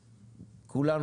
כולנו,